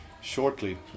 Shortly